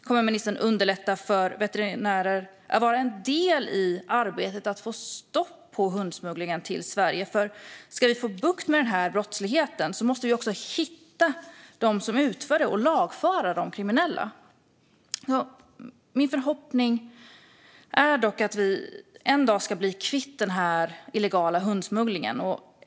Kommer ministern att underlätta för veterinärer att vara en del i arbetet för att få stopp på hundsmugglingen till Sverige? Om vi ska få bukt med denna brottslighet måste vi hitta dem som utför den och lagföra de kriminella. Min förhoppning är att vi en dag ska bli kvitt den illegala hundsmugglingen.